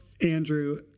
Andrew